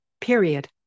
period